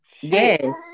Yes